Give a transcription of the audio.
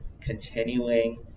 continuing